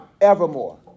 evermore